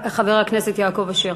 חבר הכנסת יעקב אשר.